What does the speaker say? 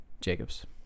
Jacobs